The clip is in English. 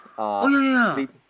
oh ya ya ya